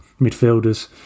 midfielders